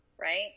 right